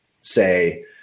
say